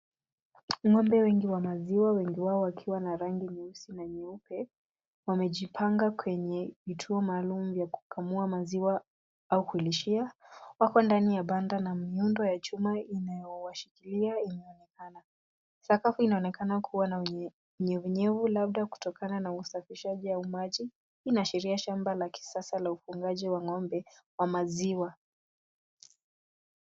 Ng’ombe wengi wa maziwa, wengi wao wakiwa na rangi ya nyeusi na nyeupe, wamejipanga kwenye vituo maalum vya kukamua maziwa au kulishwa. Wako ndani ya banda lenye miundo ya chuma inayowaegemeza ikionekana wazi. Sakafu inaonekana kuwa na unyevunyevu, labda kutokana na usafishaji kwa maji. Hii inaashiria shamba la kisasa la ufugaji wa ng’ombe wa maziwa.